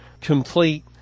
complete